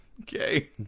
Okay